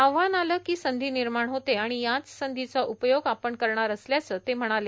आव्हान आलं की संधी निर्माण होते आणि याच संधीचा उपयोग आपण करणार असल्याचं ही ते म्हणाले